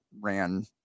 ran